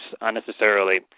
unnecessarily